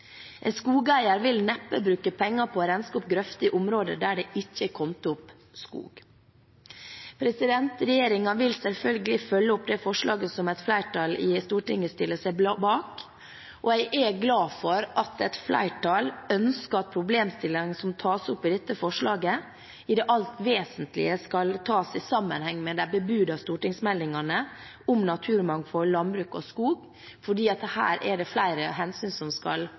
En skogeier vil neppe bruke penger på å renske opp grøfter i områder der det ikke har kommet opp skog. Regjeringen vil selvfølgelig følge opp det forslaget som et flertall i Stortinget stiller seg bak. Og jeg er glad for at et flertall ønsker at problemstillingen som tas opp i dette forslaget, i det alt vesentlige skal tas i sammenheng med de bebudede stortingsmeldingene om naturmangfold, landbruk og skog, for her er det flere hensyn som skal